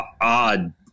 odd